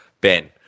Ben